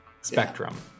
spectrum